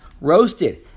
roasted